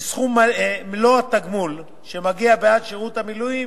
שמלוא סכום התגמול שמגיע בעד שירות המילואים